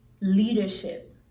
leadership